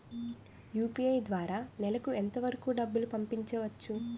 UPI ద్వారా నెలకు ఎంత వరకూ డబ్బులు పంపించవచ్చు?